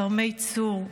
כרמי צור,